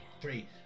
Three